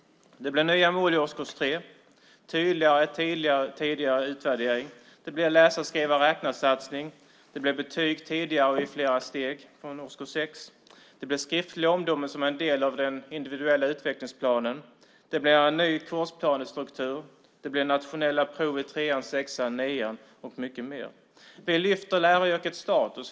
Det blir nya mål i årskurs 3. Det blir tydligare och tidigare utvärdering. Det blir en läsa-skriva-räkna-satsning. Det blir betyg tidigare och i flera steg från årskurs 6. Det blir skriftliga omdömen som en del av den individuella utvecklingsplanen. Det blir en ny kursplanestruktur. Det blir nationella prov i trean, sexan och nian och mycket mer. Vi lyfter läraryrkets status.